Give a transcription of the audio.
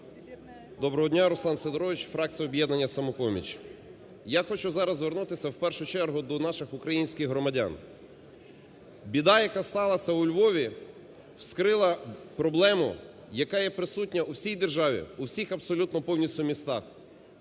Доброго дня! Руслан Сидорович, фракція "Об'єднання "Самопоміч". Я хочу зараз звернутися в першу чергу до наших українських громадян. Біда, яка стала у Львові, вскрила проблему, яка є присутня в усій державі, в усіх абсолютно повністю містах.